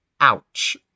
ouch